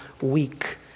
weak